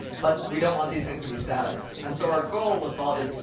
but we don't want these things to be static. and so our goal with vault is,